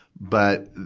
but,